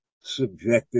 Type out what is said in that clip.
subjective